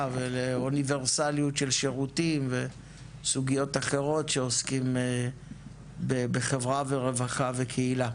ולאוניברסליות של שירותים וסוגיות אחרות שעוסקות בחברה ורווחה וקהילה.